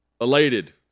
elated